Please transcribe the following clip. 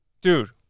dude